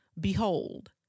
Behold